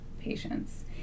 patients